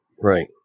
right